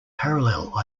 parallel